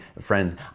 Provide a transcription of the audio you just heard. friends